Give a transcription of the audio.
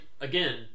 again